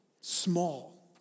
small